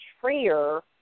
freer